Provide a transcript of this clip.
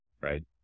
right